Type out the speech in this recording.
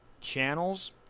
channels